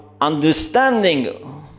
understanding